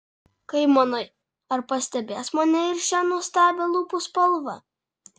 kaip manai ar pastebės mane ir šią nuostabią lūpų spalvą